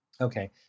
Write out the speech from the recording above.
Okay